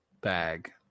bag